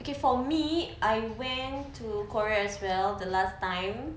okay for me I went to korea as well the last time